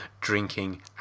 drinking